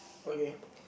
okay